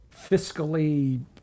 fiscally